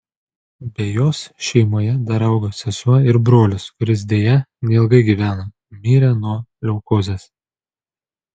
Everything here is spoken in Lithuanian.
be jos šeimoje dar augo sesuo ir brolis kuris deja neilgai gyveno mirė nuo leukozės